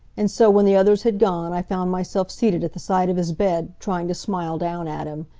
and so, when the others had gone, i found myself seated at the side of his bed, trying to smile down at him.